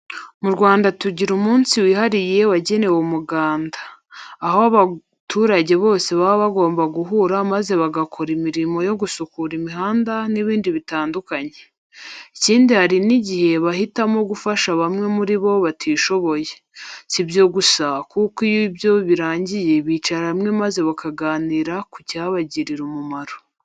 Mu Rwanda tugira umunsi wihariye wagenewe Umugana, aho abaturage bose baba bagomba guhura maze bagakora imirimo yo gusukura imihanda n'ibindi bitandukanye. Ikindi hari n'igihe bahitamo gufasha bamwe muri bo batishoboye. Si ibyo gusa kuko iyo ibyo birangiye bicara hamwe maze bakaganira ku cyabagirira umumaro.